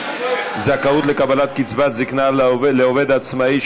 זכאות לקבלת קצבת זקנה לעובד עצמאי),